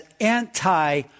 anti